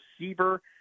receiver